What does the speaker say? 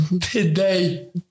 today